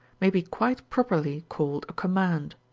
may be quite properly called a command.